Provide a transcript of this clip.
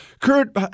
Kurt